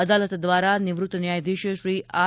અદાલત દ્વારા નિવૃત્ત ન્યાયાધીશ શ્રી આર